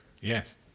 Yes